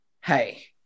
hey